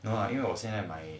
no ah 因为我现在买